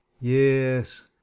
yes